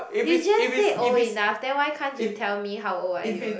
you just said old enough then why can't you tell me how old are you